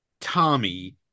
Tommy